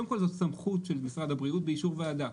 קודם כל זו סמכות של משרד הבריאות באישור ועדה.